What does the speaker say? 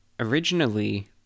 originally